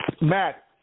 Matt